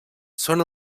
són